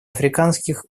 африканских